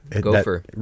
gopher